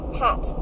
pat